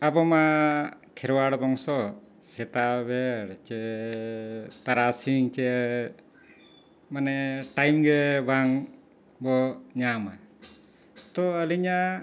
ᱟᱵᱚ ᱢᱟ ᱠᱷᱮᱨᱣᱟᱲ ᱵᱚᱝᱥᱚ ᱥᱮᱛᱟᱜ ᱵᱮᱲ ᱥᱮ ᱛᱟᱨᱟᱥᱤᱧ ᱥᱮ ᱢᱟᱱᱮ ᱴᱟᱭᱤᱢ ᱜᱮ ᱵᱟᱝ ᱵᱚ ᱧᱟᱢᱟ ᱛᱚ ᱟᱹᱞᱤᱧᱟᱜ